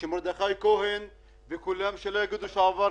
שמרדכי כהן וכולם לא יגידו שעבר כסף.